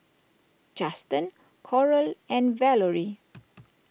Juston Coral and Valorie